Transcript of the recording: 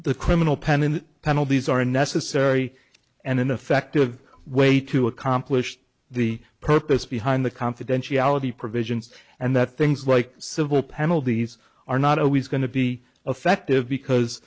the criminal pennon penalties are unnecessary and an effective way to accomplish the purpose behind the confidentiality provisions and that things like civil penalties are not always going to be affective